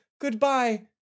goodbye